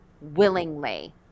willingly